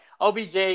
OBJ